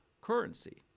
currency